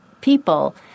people